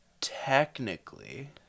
Technically